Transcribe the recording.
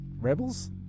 Rebels